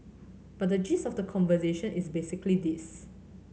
but the gist of the conversation is basically this